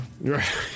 Right